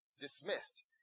dismissed